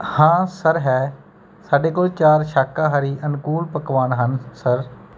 ਹਾਂ ਸਰ ਹੈ ਸਾਡੇ ਕੋਲ ਚਾਰ ਸ਼ਾਕਾਹਾਰੀ ਅਨੁਕੂਲ ਪਕਵਾਨ ਹਨ ਸਰ